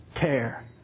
tear